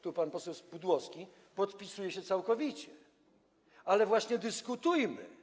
Tu pan poseł Pudłowski podpisuje się całkowicie, ale właśnie dyskutujmy.